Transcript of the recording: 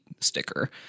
sticker